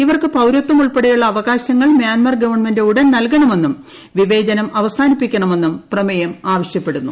ഇവർക്ക് പൌരത്വം ഉൾപ്പെടെയുള്ള അവകാശങ്ങൾ മ്യാൻമാർ ഗവൺമെന്റ് ഉടൻ നൽകണമെന്നും വിവേചനം അവസാനിപ്പിക്കണമെന്നും പ്രമേയം ആവശ്യപ്പെടുന്നു